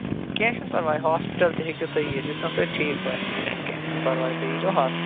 کیٚنٛہہ چھُنہٕ پَرواے ہاسپِٹَل تہِ ہیٚکِو تُہۍ یِتھ یوٚتنس تۄہہِ ٹھیٖک باسیو کیٚنٛہہ چھُنہٕ پَرواے تُہۍ ییٖتو ہاسپِٹَلٕے